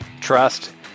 trust